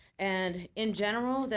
and in general,